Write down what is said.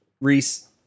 reese